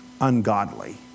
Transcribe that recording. ungodly